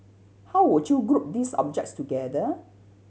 how would you group these objects together